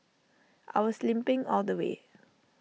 I was limping all the way